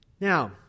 Now